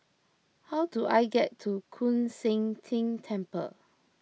how do I get to Koon Seng Ting Temple